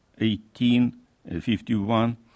1851